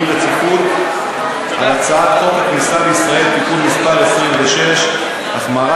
רציפות על הצעת חוק הכניסה לישראל (תיקון מס' 26) (החמרת